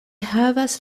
havas